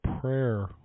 prayer